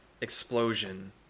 explosion